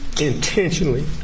intentionally